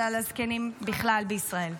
אלא לזקנים בכלל בישראל.